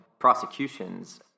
prosecutions